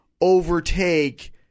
overtake